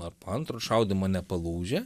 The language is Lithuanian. ar po antro šaudymo nepalūžę